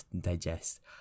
digest